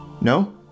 No